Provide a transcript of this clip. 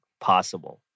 possible